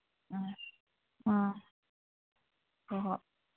ꯎꯝ ꯎꯝ ꯍꯣ ꯍꯣ